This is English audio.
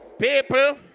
People